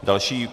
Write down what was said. Další...